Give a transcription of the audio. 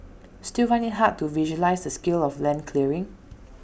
still find IT hard to visualise the scale of land clearing